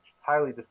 highly